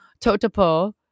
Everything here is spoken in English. Totopo